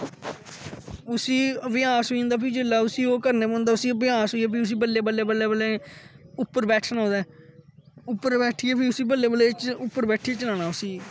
उसी अभ्यास होई जंदा फ्ही जिसलै उसी ओह् करना पौंदा उसी अभ्यस होई गेआ फ्ही उसी बल्लें बल्लें बल्लें उप्पर बै्ठना ओहदे उप्पर बेठियै फ्ही उसी फ्ही उप्पर बैठी चलाना उसी